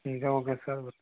ठीक है okay sir बस